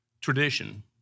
tradition